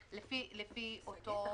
לפי אותו תקציב.